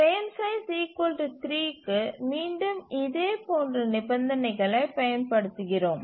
frame size 3 க்கு மீண்டும் இதே போன்ற நிபந்தனைகளை பயன்படுத்துகிறோம்